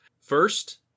First